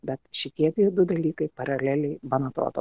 bet šitie tie du dalykai paraleliai man atrodo